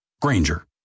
Granger